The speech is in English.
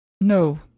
No